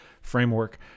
framework